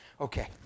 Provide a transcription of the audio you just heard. Okay